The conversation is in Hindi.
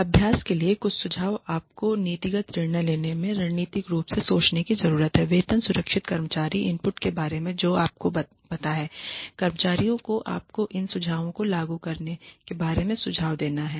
अभ्यास के लिए कुछ सुझाव आपको नीतिगत निर्णय लेने में रणनीतिक रूप से सोचने की जरूरत है वेतन सुरक्षित कर्मचारी इनपुट के बारे में जो आपको पता है कि कर्मचारियों को आपको इन सुझावों को लागू करने के बारे में सुझाव देना है